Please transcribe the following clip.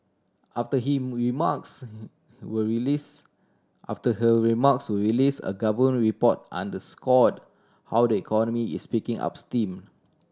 after he remarks were release after her remarks were release a government report underscored how the economy is picking up steam